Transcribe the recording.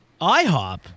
IHOP